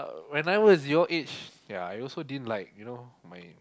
when I was your age ya I also didn't like you know my